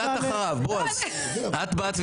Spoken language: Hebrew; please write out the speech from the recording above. השרה לעתיד,